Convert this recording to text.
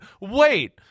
wait